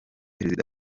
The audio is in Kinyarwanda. perezida